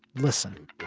listen